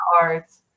arts